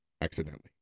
Accidentally